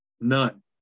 none